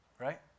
right